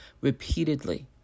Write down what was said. repeatedly